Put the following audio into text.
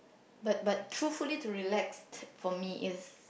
but but truthfully to relax for me is